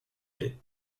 plaît